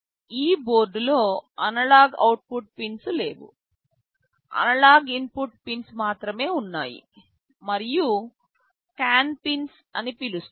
ఈ బోర్డులో analog output pins లేవు అనలాగ్ ఇన్పుట్ పిన్స్ మాత్రమే ఉన్నాయి మరియు CAN పిన్స్ అని పిలుస్తారు